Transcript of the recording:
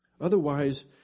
Otherwise